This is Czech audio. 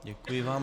Děkuji vám.